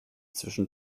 zwischen